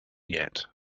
yet